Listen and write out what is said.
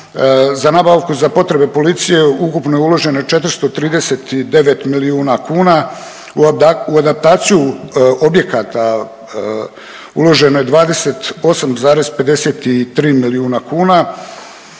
Na nabavku za potrebe policije ukupno je uloženo 439 milijuna kuna. U adaptaciju objekata uloženo je 28,53 milijuna kuna.